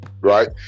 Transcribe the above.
Right